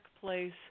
place